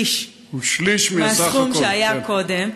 מהסכום שהיה קודם.